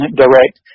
direct